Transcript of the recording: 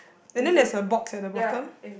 and then there's a box at the bottom